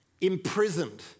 imprisoned